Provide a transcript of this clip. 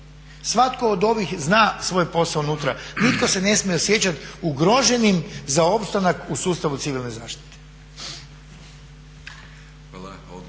Svatko od ovih zna svoj posao unutra, nitko se ne smije osjećati ugroženim za opstanak u sustavu civilne zaštite.